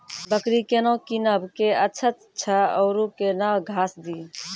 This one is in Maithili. बकरी केना कीनब केअचछ छ औरू के न घास दी?